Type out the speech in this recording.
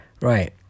Right